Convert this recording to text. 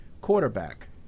quarterback